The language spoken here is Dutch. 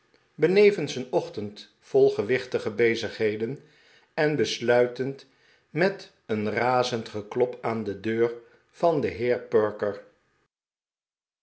behevens een ochtend vol gewichtige bezigheden en besluitend met een razend geklop aan de deur van den heer perker